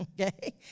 okay